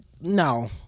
no